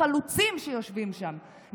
החלוצים שיושבים שם,